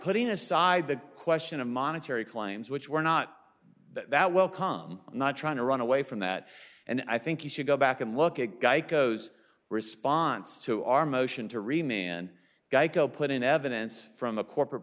putting aside the question of monetary claims which were not that well com i'm not trying to run away from that and i think you should go back and look at geico as response to our motion to remain and geico put in evidence from a corporate